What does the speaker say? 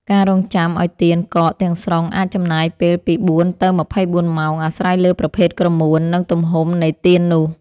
ការរង់ចាំឱ្យទៀនកកទាំងស្រុងអាចចំណាយពេលពី ៤ ទៅ ២៤ ម៉ោង អាស្រ័យលើប្រភេទក្រមួន និងទំហំនៃទៀននោះ។